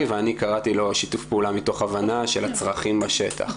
ואני קראתי לו שיתוף פעולה מתוך הבנה של הצרכים בשטח.